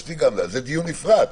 זה דיון נפרד.